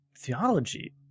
theology